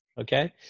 okay